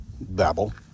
babble